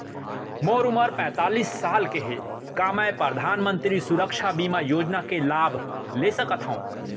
मोर उमर पैंतालीस साल हे का मैं परधानमंतरी सुरक्षा बीमा योजना के लाभ ले सकथव?